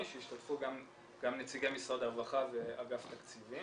שהשתתפו גם נציגי משרד הרווחה ואגף תקציבים.